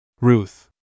Ruth